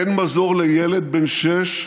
אין מזור לילד בן שש,